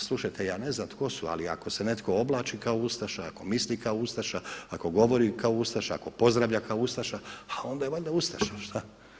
A slušajte, ja ne znam tko su ali ako se netko oblači kao ustaša, ako misli kao ustaša, ako govori kao ustaša, ako pozdravlja kao ustaša a onda je valjda ustaša.